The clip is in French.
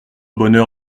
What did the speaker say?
bonheur